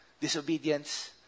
disobedience